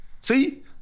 See